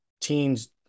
teens